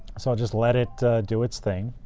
so i'll just let it to do its thing,